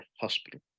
hospital